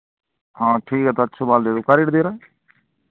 हाँ ठीक है तो अच्छी माल दे दो क्या रेट दे रहा है